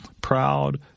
proud